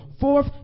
fourth